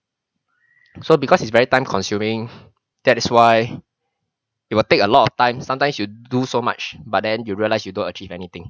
so because it's very time consuming that is why it will take a lot of time sometimes you do so much but then you realise you don't achieve anything